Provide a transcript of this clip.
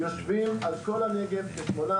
יושבים על כל הנגב כ- 8%,